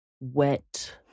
wet